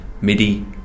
MIDI